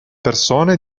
persone